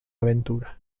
aventura